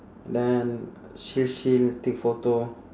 then chill chill take photo